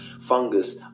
Fungus